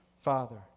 Father